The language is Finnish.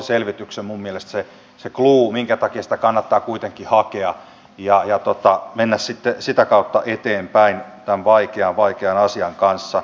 se on mielestäni se selvityksen clou minkä takia sitä kannattaa kuitenkin hakea ja mennä sitten sitä kautta eteenpäin tämän vaikean vaikean asian kanssa